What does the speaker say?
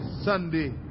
Sunday